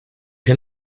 can